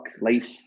life